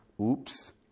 Oops